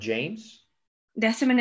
James